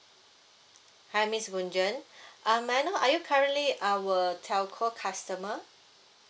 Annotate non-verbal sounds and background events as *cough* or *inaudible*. hi miss gunjan *breath* um may I know are you currently our telco customer